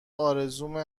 آرزومه